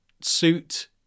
suit